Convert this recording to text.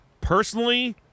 Personally